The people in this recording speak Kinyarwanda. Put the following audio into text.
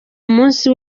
munsi